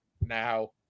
now